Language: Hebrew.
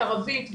ערבית,